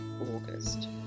August